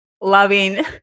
loving